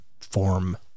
form